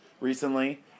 recently